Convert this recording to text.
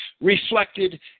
reflected